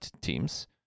teams